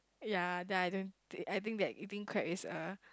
ya then I think I think that eating crab is a